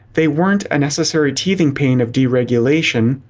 they weren't a necessary teething pain of deregulation,